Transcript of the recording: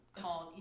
called